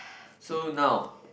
so now